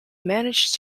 managed